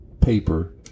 paper